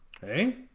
Hey